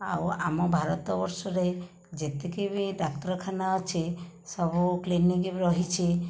ଆଉ ଆମ ଭାରତବର୍ଷରେ ଯେତିକି ବି ଡାକ୍ତରଖାନା ଅଛି ସବୁ କ୍ଲିନିକ ରହିଛି